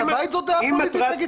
גם לשרוף את הבית זו דעה פוליטית?